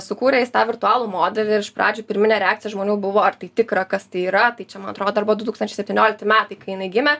sukūrė jis tą virtualų modelį ir iš pradžių pirminė reakcija žmonių buvo ar tai tikra kas tai yra tai čia man atrodo arba du tūkstančiai septyniolikti metai kai jinai gimė